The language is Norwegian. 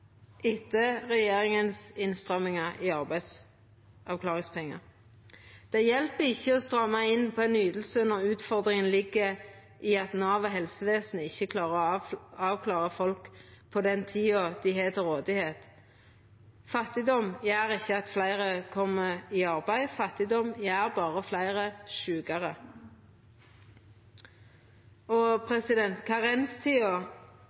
etter regjeringas innstrammingar i arbeidsavklaringspengar. Det hjelper ikkje å stramma inn på ei yting når utfordringa ligg i at Nav og helsevesenet ikkje klarar å avklara folk på den tida dei har til rådigheit. Fattigdom gjer ikkje at fleire kjem i arbeid, fattigdom gjer berre fleire sjukare.